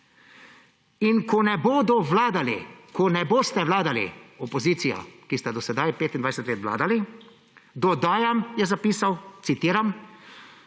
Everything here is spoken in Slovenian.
in ko ne bodo vladali,« – ko ne boste vladali, opozicija, ki ste do sedaj 25 let vladali, dodajam – je zapisal, citiram,